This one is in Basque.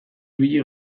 ibili